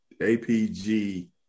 APG